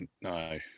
no